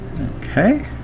Okay